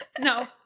No